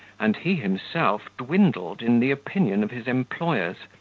and he himself dwindled in the opinion of his employers,